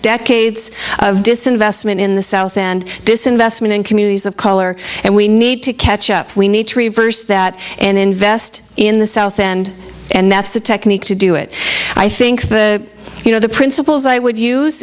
decades of disinvestment in the south and disinvestment in communities of color and we need to catch up we need to reverse that and invest in the south and and that's the technique to do it i think the you know the principles i would use